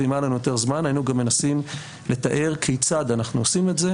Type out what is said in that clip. ואם היה לנו יותר זמן היינו גם מנסים לתאר כיצד אנחנו עושים את זה